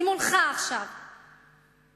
אירן, היא מוסלמית, היא גזענית?